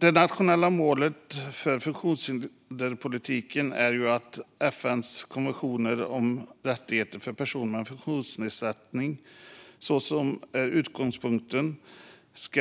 Det nationella målet för funktionshinderspolitiken är att med FN:s konvention om rättigheter för personer med funktionsnedsättning som utgångspunkt